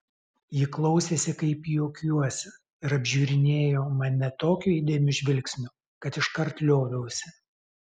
ji klausėsi kaip juokiuosi ir apžiūrinėjo mane tokiu įdėmiu žvilgsniu kad iškart lioviausi